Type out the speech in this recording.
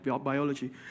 biology